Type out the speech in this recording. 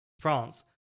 France